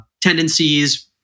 tendencies